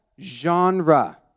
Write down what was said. Genre